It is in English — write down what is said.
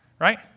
Right